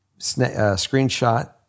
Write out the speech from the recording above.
screenshot